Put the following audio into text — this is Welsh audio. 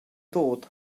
dod